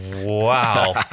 wow